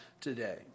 today